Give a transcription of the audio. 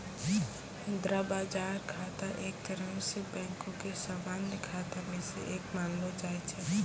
मुद्रा बजार खाता एक तरहो से बैंको के समान्य खाता मे से एक मानलो जाय छै